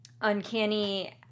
uncanny